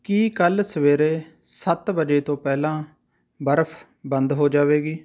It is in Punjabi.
ਕੀ ਕੱਲ੍ਹ ਸਵੇਰੇ ਸੱਤ ਵਜੇ ਤੋਂ ਪਹਿਲਾਂ ਬਰਫ਼ ਬੰਦ ਹੋ ਜਾਵੇਗੀ